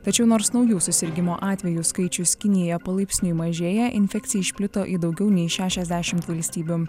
tačiau nors naujų susirgimo atvejų skaičius kinija palaipsniui mažėja infekcija išplito į daugiau nei šešiasdešimt valstybių